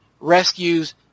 rescues